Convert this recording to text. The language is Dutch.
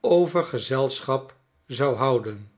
over gezelschap zou houden